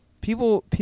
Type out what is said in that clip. people